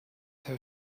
her